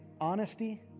honesty